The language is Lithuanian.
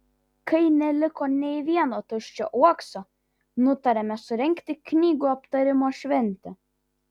kai neliko nė vieno tuščio uokso nutarėme surengti knygų aptarimo šventę